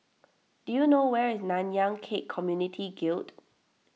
do you know where is Nanyang Khek Community Guild